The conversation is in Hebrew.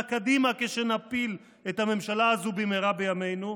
קדימה כשנפיל את הממשלה הזאת במהרה בימינו,